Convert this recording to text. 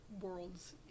worlds